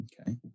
Okay